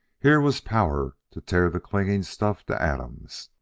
here was power to tear the clinging-stuff to atoms.